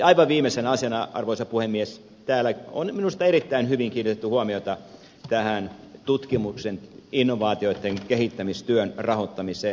aivan viimeisenä asiana arvoisa puhemies täällä on minusta erittäin hyvin kiinnitetty huomiota tähän tutkimuksen innovaatioitten kehittämistyön rahoittamiseen